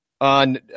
on